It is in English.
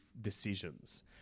decisions